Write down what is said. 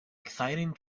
exciting